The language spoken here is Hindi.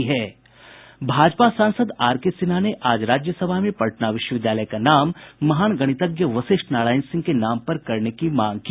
भाजपा सांसद आर के सिन्हा ने आज राज्यसभा में पटना विश्वविद्यालय का नाम महान गणितज्ञ वशिष्ठ नारायण सिंह के नाम पर करने की मांग की